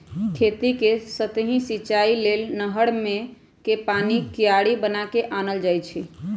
खेत कें सतहि सिचाइ लेल नहर कें पानी क्यारि बना क आनल जाइ छइ